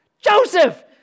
Joseph